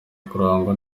kurangwa